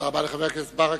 תודה רבה לחבר הכנסת ברכה.